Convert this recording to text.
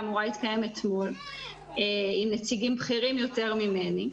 אמורה להתקיים אתמול עם נציגים בכירים יותר ממני.